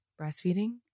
breastfeeding